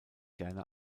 gerne